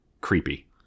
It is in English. creepy